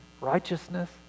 righteousness